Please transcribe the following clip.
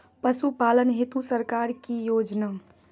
पशुपालन हेतु सरकार की योजना?